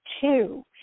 two